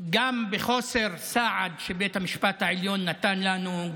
גם מחוסר סעד שבית המשפט העליון נתן לנו,